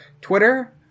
Twitter